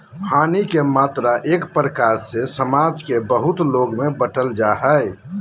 हानि के मात्रा एक प्रकार से समाज के बहुत लोग में बंट जा हइ